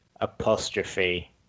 apostrophe